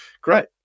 great